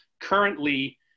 currently